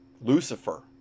lucifer